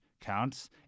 Counts